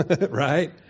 right